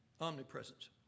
omnipresence